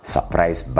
Surprise